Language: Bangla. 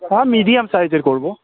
হ্যাঁ মিডিয়াম সাইজের করব